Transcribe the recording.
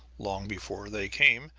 long before they came,